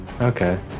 Okay